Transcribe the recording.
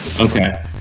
Okay